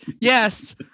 Yes